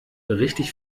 richtig